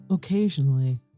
Occasionally